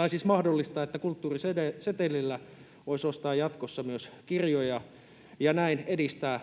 nytten mahdollistaa, että kulttuurisetelillä voisi ostaa jatkossa myös kirjoja ja näin edistää